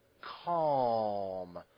calm